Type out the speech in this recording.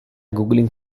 googling